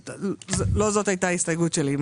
לא זאת הייתה ההסתייגות שלי.